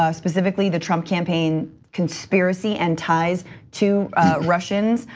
ah specifically the trump campaign conspiracy and ties to russians.